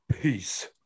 Peace